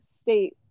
state